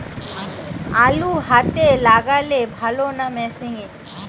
আলু হাতে লাগালে ভালো না মেশিনে?